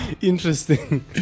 interesting